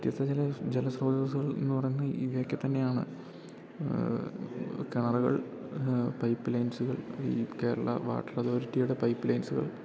വ്യത്യസ്ത ജല ജലസ്രോതസുകൾന്ന് പറയുന്നത് ഇവയൊക്കെ തന്നെയാണ് കെണറുകൾ പൈപ്പ് ലൈൻസുകൾ ഈ കേരള വാട്ടർ അതോരിറ്റിയുടെ പൈപ്പ് ലൈൻസുകൾ